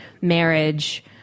marriage